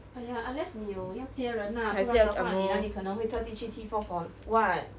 !aiya! unless 你有要接人 lah 不然的话你哪里可能特地去 T four for what